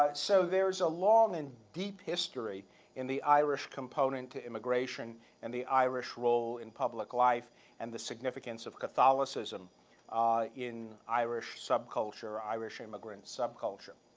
ah so there's a long and deep history in the irish component to immigration and the irish role in public life and the significance of catholicism ah in irish subculture, irish immigrant subculture.